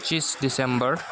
पच्चिस दिसम्बर